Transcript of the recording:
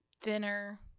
thinner